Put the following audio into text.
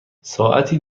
ساعتی